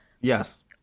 Yes